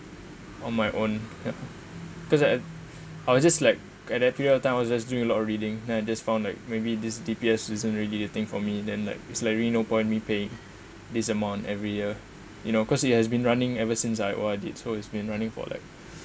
on my own cause I I was just like at that period of time I was just doing a lot of reading and I just found like maybe this D_B_S isn't really a thing for me then like it's literally no point me paying this amount every year you know cause it has been running ever since I O_R_D I did so it's been running for like